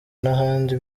n’ahandi